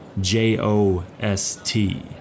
J-O-S-T